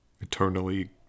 eternally